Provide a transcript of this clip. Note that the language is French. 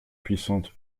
puissante